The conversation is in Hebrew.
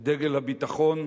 את דגל הביטחון,